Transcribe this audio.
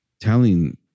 telling